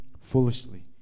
foolishly